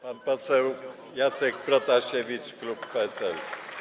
Pan poseł Jacek Protasiewicz, klub PSL.